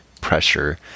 pressure